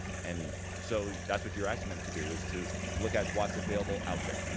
and so that's what you're asking them to do is to to look at what's available out there.